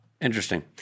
interesting